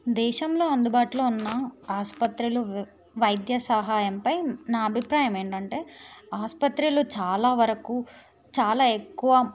దేశంలో అందుబాటులో ఉన్న ఆస్పత్రిలు వైద్య సహాయంపై నా అభిప్రాయం ఏంటంటే ఆసుపత్రులు చాలా వరకు చాలా ఎక్కువ